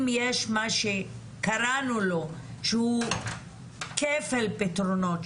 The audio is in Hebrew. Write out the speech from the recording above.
אם יש מה שקראנו לו "כפל פתרונות",